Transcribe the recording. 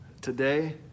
today